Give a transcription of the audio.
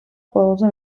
ყველაზე